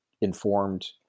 informed